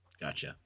Gotcha